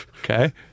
Okay